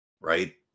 Right